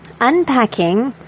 Unpacking